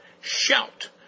Shout